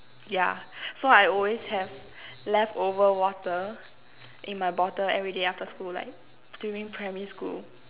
yeah so I always have left over water in my bottle everyday after school like during primary school